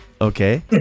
okay